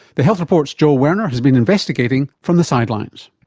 the health report's joel werner has been investigating from the sidelines.